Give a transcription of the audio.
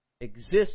exist